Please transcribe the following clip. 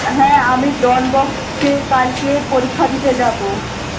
হ্যাঁ আমি ডন বস্কে কালকে পরীক্ষা দিতে যাবো